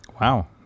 Wow